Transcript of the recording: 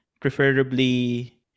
preferably